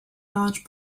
large